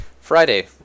friday